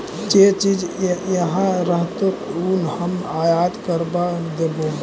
जे चीज इहाँ रहतो ऊ हम आयात करबा देबो